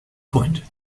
point